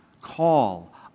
call